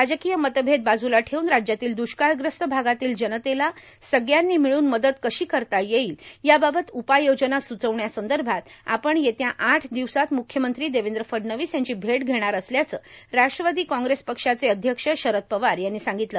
राजकीय मतभेद बाजूला ठेवून राज्यातील द्रष्काळग्रस्त भागातील जनतेला सगळ्यानी मिळून मदत कशी करता येईल याबाबत उपाययोजना स्चवण्यासंदर्भात आपण येत्या आठ दिवसांत म्ख्यमंत्री देवेंद्र फडणवीस यांची भेट घेणार असल्याचं राष्ट्रवादी कांग्रेस पक्षाचे अध्यक्ष शरद पवार यांनी सांगितलं